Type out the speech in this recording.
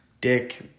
dick